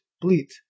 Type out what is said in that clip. bleat